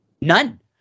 none